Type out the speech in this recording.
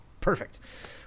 perfect